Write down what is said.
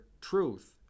truth